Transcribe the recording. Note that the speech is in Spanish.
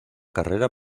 carrera